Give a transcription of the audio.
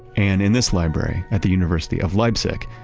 and in this library at the university of leipzig,